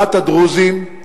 הדרוזים